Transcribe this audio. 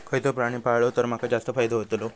खयचो प्राणी पाळलो तर माका जास्त फायदो होतोलो?